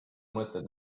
mõtted